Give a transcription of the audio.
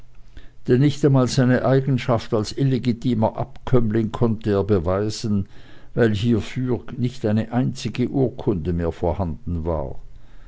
denn nicht einmal seine eigenschaft als illegitimer abkömmling konnte er beweisen weil hiefür nicht eine einzige urkunde mehr vorhanden war